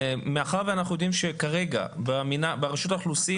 מאחר ואנחנו יודעים שכרגע ברשות האוכלוסין